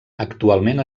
actualment